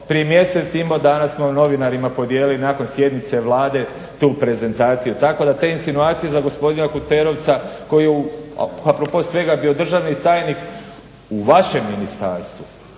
Prije mjesec i pol dana smo novinarima podijelili nakon sjednice Vlade tu prezentaciju. Tako da te insinuacije za gospodina Kuterovca koji je a propos svega bio državni tajnik u vašem ministarstvu